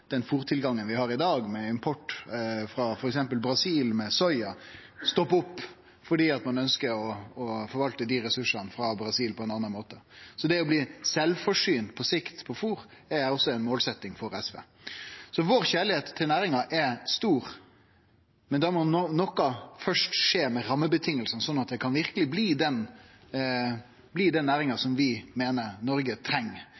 den fôrtilgangen vi har i dag, med import frå f.eks. Brasil av soya, stoppar opp fordi ein ønskjer å forvalte dei ressursane frå Brasil på ein annan måte. Så det å bli sjølvforsynt på sikt på fôr er også ei målsetjing for SV. Vår kjærleik til næringa er stor, men da må noko først skje med rammevilkåra, slik at det verkeleg kan bli den næringa som vi meiner Noreg treng.